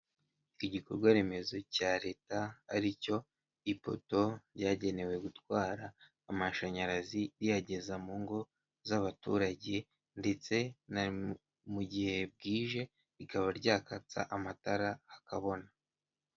igikorwaremezo cya leta aricyo ipoto ryagenewe gutwara amashanyarazi riyageza mu ngo z'abaturage ndetse mu gihe bwije rikaba ryakatsa amatara akabona.